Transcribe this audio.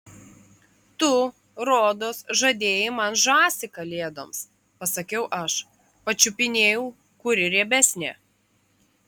tu rodos žadėjai man žąsį kalėdoms pasakiau aš pačiupinėjau kuri riebesnė